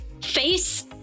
face